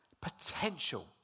potential